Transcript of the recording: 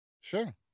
Sure